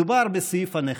מדובר בסעיף הנכד.